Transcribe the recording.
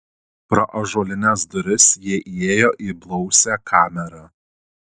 pro ąžuolines duris jie įėjo į blausią kamerą